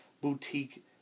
boutique